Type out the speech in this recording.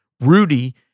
Rudy